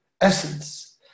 essence